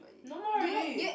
no more already